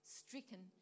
stricken